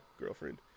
girlfriend